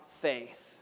faith